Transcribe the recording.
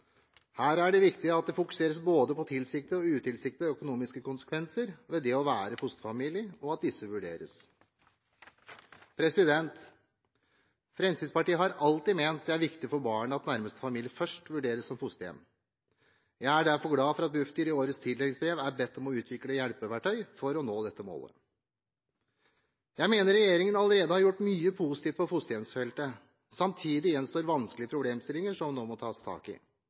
Her er det viktig at det fokuseres både på tilsiktede og utilsiktede økonomiske konsekvenser ved det å være fosterfamilie, og at disse vurderes. Fremskrittspartiet har alltid ment det er viktig for barnet at nærmeste familie først vurderes som fosterhjem. Jeg er derfor glad for at Bufdir i årets tildelingsbrev er bedt om å utvikle hjelpeverktøy for å nå dette målet. Jeg mener regjeringen allerede har gjort mye positivt på fosterhjemsfeltet. Samtidig gjenstår vanskelige problemstillinger som nå må tas tak i.